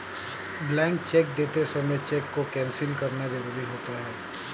blank check देते समय check को कैंसिल करना जरुरी होता है